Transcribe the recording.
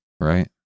Right